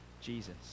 Jesus